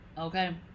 Okay